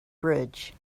bridge